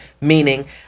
meaning